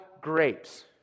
grapes